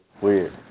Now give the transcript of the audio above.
weird